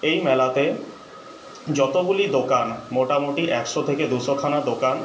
এই মেলাতে যতগুলি দোকান মোটামুটি একশো থেকে দুশোখানা দোকান